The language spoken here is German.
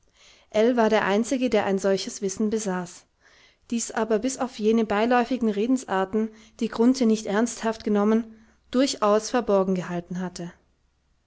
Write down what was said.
war der einzige der ein solches wissen besaß dies aber bis auf jene beiläufigen redensarten die grunthe nicht ernsthaft genommen durchaus verborgen gehalten hatte